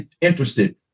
interested